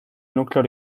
núcleo